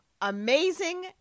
amazing